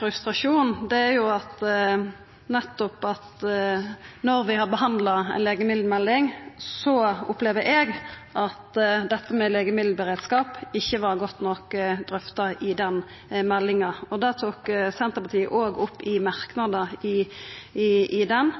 frustrasjon, er at når vi har behandla nettopp ei legemiddelmelding, opplever eg at dette med legemiddelberedskap ikkje var godt nok drøfta i den meldinga. Det tok Senterpartiet opp i merknadene, der vi sa at vi er bekymra for den